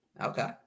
Okay